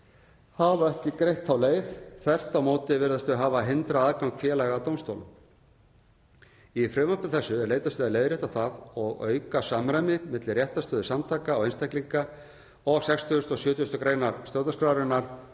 hafa ekki greitt þá leið, þvert á móti virðast þau hafa hindrað aðgang félaga að dómstólum. Í frumvarpi þessu er leitast við að leiðrétta það og auka samræmi milli réttarstöðu samtaka og einstaklinga og 60. og 70. gr. stjórnarskrárinnar